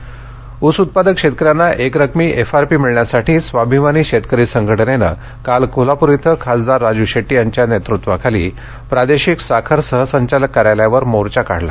आंदोलन कोल्ह्यपर ऊस उत्पादक शेतकऱ्यांना एकरकमी एफआरपी मिळण्यासाठी स्वाभिमानी शेतकरी संघटनेनं काल कोल्हापूर इथं खासदार राजू शेट्टी यांच्या नेतृत्वाखाली प्रादेशिक साखर सहसंचालक कार्यालयावर मोर्चा काढला